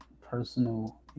personal